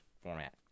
format